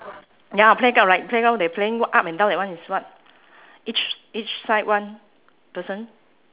ya lah playground like playground they playing what up and down that one is what each each side one person